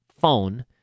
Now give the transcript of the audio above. phone